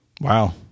Wow